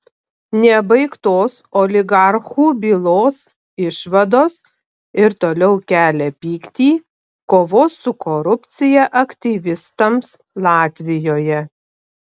nebaigtos oligarchų bylos išvados ir toliau kelia pyktį kovos su korupcija aktyvistams latvijoje